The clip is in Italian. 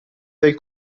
del